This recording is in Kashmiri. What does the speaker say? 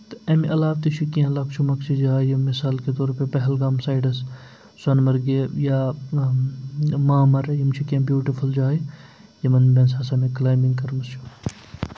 تہٕ امہِ علاوٕ تہِ چھُ کیٚنٛہہ لۄکچہِ مۄکچہِ جاے یِم مِثال کے طور پر پہلگام سایڈس سۄنہٕ مَرگہِ یا مامرٕ یِم چھِ کیٚنٛہہ بیوٗٹِفُل جاے یِمن منٛز ہسا مےٚ کٕلایمِنٛگ کٔرمٕژ چھُ